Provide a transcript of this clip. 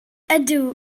ydw